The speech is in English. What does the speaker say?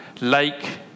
lake